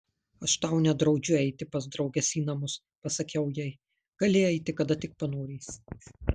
aš tau nedraudžiu eiti pas drauges į namus pasakiau jai gali eiti kada tik panorėsi